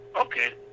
okay